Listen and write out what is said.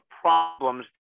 problems